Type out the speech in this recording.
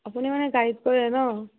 আপুনি মানে গাইড কৰে ন